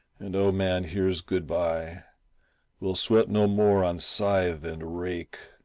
and oh, man, here's good-bye we'll sweat no more on scythe and rake,